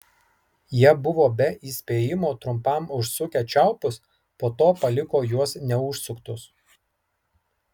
jie buvo be įspėjimo trumpam užsukę čiaupus po to paliko juos neužsuktus